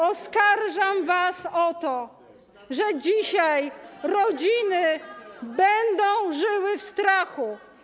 Oskarżam was o to, że dzisiaj rodziny będą żyły w strachu.